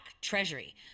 treasury